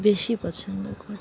বেশি পছন্দ করে